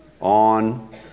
on